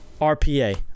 RPA